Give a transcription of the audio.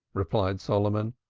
replied solomon,